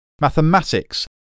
mathematics